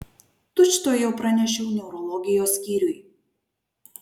tučtuojau pranešiau neurologijos skyriui